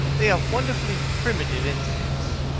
they have wonderfully primitive instincts.